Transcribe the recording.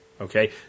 okay